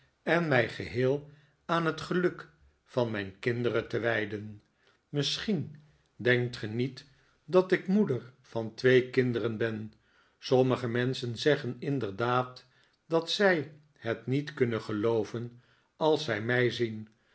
en mij geheel aan het geluk van mijn kinderen te wij den misschien denkt ge niet dat ik moeder van twee kinderen ben sommige menschen zeggen inderdaad dat zij het niet kunnen gelooven alszij mij zien